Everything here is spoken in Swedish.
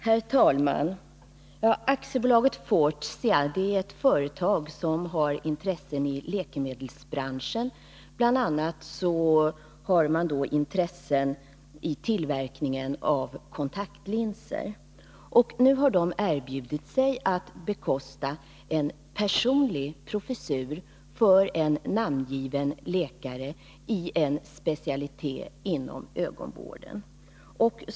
Herr talman! AB Fortia är ett företag som har intressen i läkemedelsbranschen. Bl. a. har man intresse i tillverkningen av kontaktlinser. Det företaget har nu erbjudit sig att bekosta en personlig professur för en namngiven läkare i en specialitet inom ögonvården.